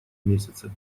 месяце